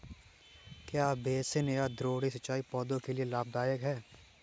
क्या बेसिन या द्रोणी सिंचाई पौधों के लिए लाभदायक है?